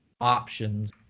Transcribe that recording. options